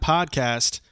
Podcast